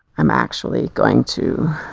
i'm actually going to